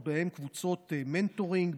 ובהן קבוצות מנטורים,